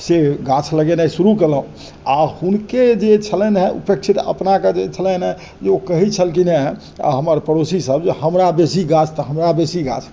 जे गाछ लगेनाइ शुरु केलहुँ आ हुनकेँ जे छलनि हँ उपेक्षित अपनाकेॅं जे छलनि हँ ओ कहै छलखिन हँ हमर पड़ोसी सभ जे हमरा बेसी गाछ तऽ हमरा बेसी गाछ